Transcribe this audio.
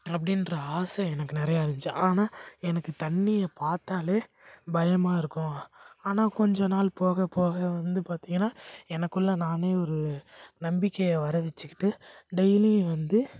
அப்படின்ற ஆசை எனக்கு நிறையா இருந்துச்சு ஆனால் எனக்கு தண்ணியைப் பார்த்தாலே பயமாக இருக்கும் ஆனால் கொஞ்சம் நாள் போகப் போக வந்து பார்த்திங்கனா எனக்குள்ளே நானே ஒரு நம்பிக்கையை வர வெச்சுக்கிட்டு டெய்லியும் வந்து